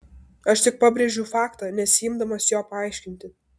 aš tik pabrėžiu faktą nesiimdamas jo paaiškinti